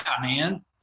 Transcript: man